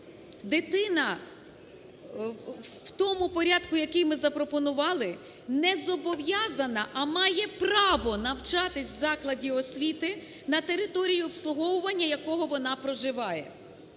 дитина в тому порядку, який ми запропонували, не зобов'язана, а має право навчатись в закладі освіти на території обслуговування, якого вона проживає.